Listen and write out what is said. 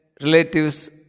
relatives